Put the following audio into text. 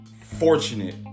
fortunate